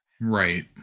Right